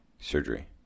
surgery